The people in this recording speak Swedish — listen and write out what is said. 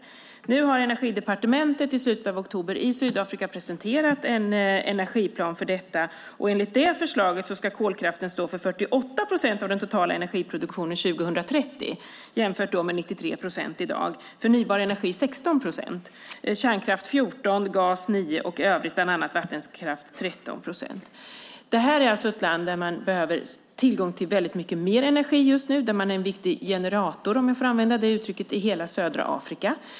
I slutet av oktober presenterade energidepartementet i Sydafrika en energiplan för detta. Enligt det förslaget ska kolkraften stå för 48 procent av den totala energiproduktionen 2030 jämfört med 93 procent i dag. Förnybar energi ska stå för 16 procent, kärnkraft för 14 procent, gas för 9 procent och övrigt, bland annat vattenkraft, för 13 procent. Detta är alltså ett land som behöver tillgång till väldigt mycket mer energi just nu. Man är en generator, om jag får använda det uttrycket, i hela södra Afrika.